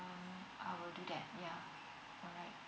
I would do that yeah alright